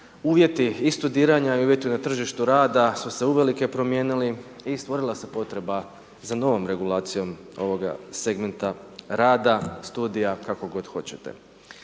Uvjeti i studiranja i uvjeti na tržištu rada su se uvelike promijenili i stvorila se potreba za novom regulacijom ovoga segmenta rada, studija kako god hoćete.